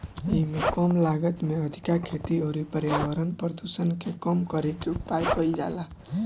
एइमे कम लागत में अधिका खेती अउरी पर्यावरण प्रदुषण के कम करे के उपाय कईल जाला